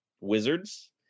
wizards